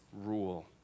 rule